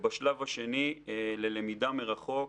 בשלב השני, ללמידה מרחוק,